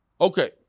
Okay